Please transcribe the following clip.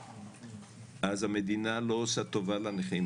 אז המדינה לא עושה טובה לנכים,